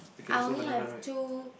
I only have two